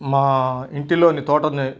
మా ఇంటిలో తోటని